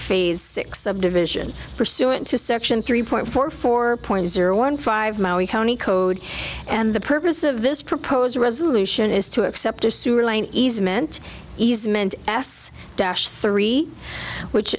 phase six of division pursuant to section three point four four point zero one five maui county code and the purpose of this proposed resolution is to accept a sewer line easement easement ass dash three which